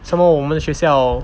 some more 我们的学校